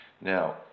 Now